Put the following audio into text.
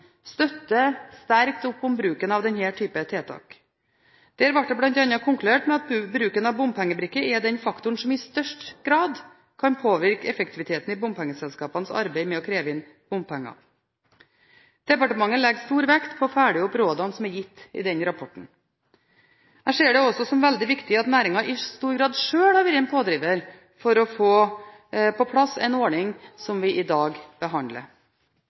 sterkt opp om bruken av denne typen tiltak. Der ble det bl.a. konkludert med at bruken av bompengebrikke er den faktoren som i størst grad kan påvirke effektiviteten i bompengeselskapenes arbeid med å kreve inn bompenger. Departementet legger stor vekt på å følge opp rådene som er gitt i denne rapporten. Jeg ser det også som veldig viktig at næringen i stor grad sjøl har vært en pådriver for å få på plass en ordning som vi i dag behandler.